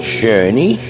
journey